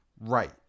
Right